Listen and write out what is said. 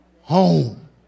Home